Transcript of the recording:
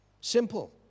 Simple